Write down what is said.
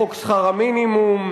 חוק שכר המינימום,